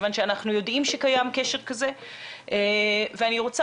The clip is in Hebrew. אנחנו יודעים שקיים קשר כזה ואני רוצה